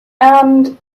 and